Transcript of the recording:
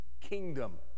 kingdom